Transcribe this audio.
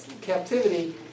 captivity